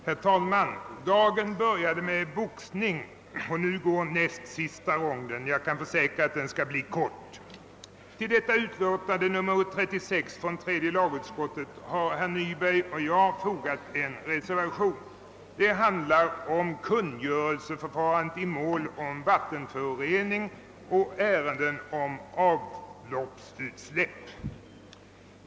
Herr talman! Dagen började med boxning och nu går näst sista ronden, men jag kan försäkra att den skall bli kort. Till detta utlåtande nr 36 från tredje lagutskottet har herr Nyberg och jag fogat en reservation. Det handlar om kungörelseförfarande i mål om vattenförorening och ärenden om avloppsutsläpp.